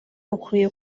ukwiye